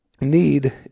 need